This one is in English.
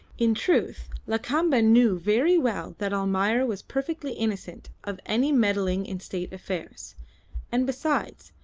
in truth, lakamba knew very well that almayer was perfectly innocent of any meddling in state affairs and besides,